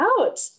out